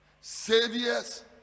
saviors